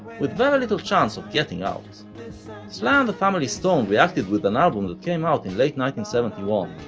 with very little chance of getting out. sly and the family stone reacted with an album that came out in late nine hundred and seventy one,